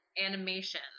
animation